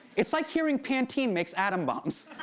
it's like hearing pantene makes atom bombs.